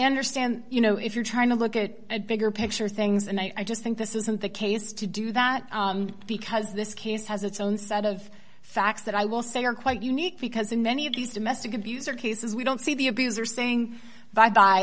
understand you know if you're trying to look at the bigger picture things and i just think this isn't the case to do that because this case has its own set of facts that i will say are quite unique because in many of these domestic abuser cases we don't see the abuser saying bye bye